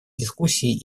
дискуссии